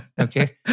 okay